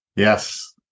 Yes